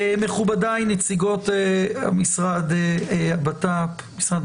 מכובדיי, המשרד לביטחון הפנים פה ובזום, משרד